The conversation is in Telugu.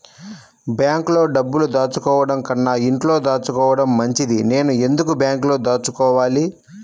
బ్యాంక్లో డబ్బులు దాచుకోవటంకన్నా ఇంట్లో దాచుకోవటం మంచిది నేను ఎందుకు బ్యాంక్లో దాచుకోవాలి?